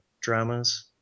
dramas